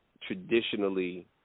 traditionally